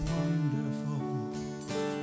wonderful